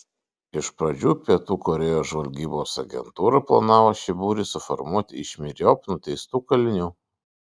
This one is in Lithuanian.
iš pradžių pietų korėjos žvalgybos agentūra planavo šį būrį suformuoti iš myriop nuteistų kalinių